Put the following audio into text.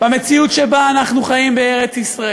במציאות שבה אנחנו חיים בארץ-ישראל,